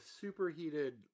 superheated